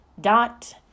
dot